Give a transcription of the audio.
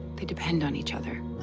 they depend on each other,